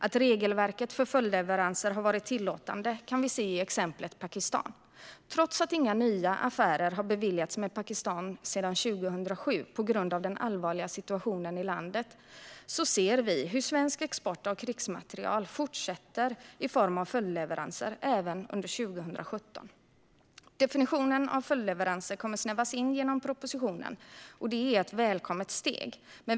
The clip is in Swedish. Att regelverket för följdleveranser har varit tillåtande kan vi se i exemplet Pakistan. Trots att inga nya affärer med Pakistan har beviljats sedan 2007 på grund av den allvarliga situationen i landet ser vi hur svensk export av krigsmateriel fortsätter i form av följdleveranser även under 2017. Definitionen av följdleveranser kommer att snävas in genom propositionen, vilket är ett välkommet steg.